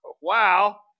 Wow